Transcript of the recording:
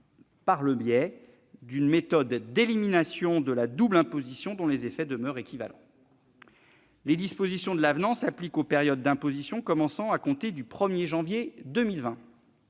par le biais d'une méthode d'élimination de la double imposition dont les effets demeurent équivalents. Les dispositions de l'avenant s'appliquent aux périodes d'imposition commençant à compter du 1 janvier 2020.